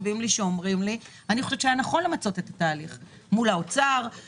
אני חושבת שהיה נכון למצות את התהליך מול האוצר,